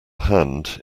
hand